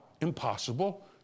impossible